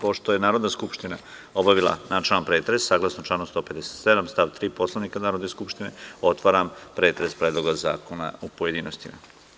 Pošto je Narodna skupština obavila načelni pretres, saglasno članu 157. stav 3. Poslovnika Narodne skupštine, otvaram pretres Predloga zakona u pojedinostima.